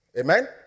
Amen